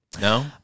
No